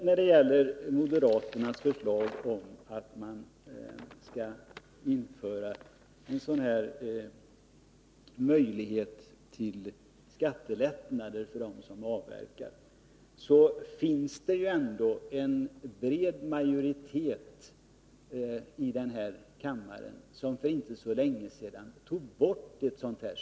När det gäller moderaternas förslag om att införa en sådan här möjlighet till skattelättnader för dem som avverkar, vill jag säga att det finns en bred majoritet i denna kammare som för inte så länge sedan tog bort ett sådant stöd.